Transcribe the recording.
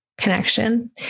connection